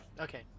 okay